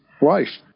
wife